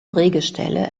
drehgestelle